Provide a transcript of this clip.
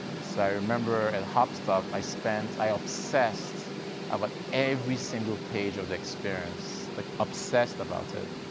so i remember at hopstop i spent, i obsessed about every single page of the experience, like obsessed about it.